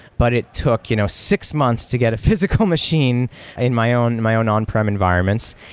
but it took you know six months to get a physical machine in my own my own on-prem environments.